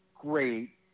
great